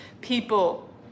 people